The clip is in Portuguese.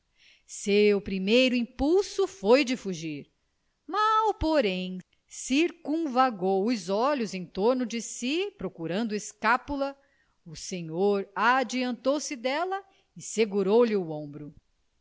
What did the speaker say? seu primeiro impulso foi de fugir mal porém circunvagou os olhos em torno de si procurando escapula o senhor adiantou-se dela e segurou lhe o ombro